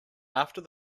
after